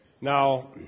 Now